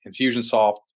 Infusionsoft